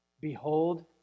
Behold